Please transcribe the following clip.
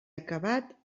acabat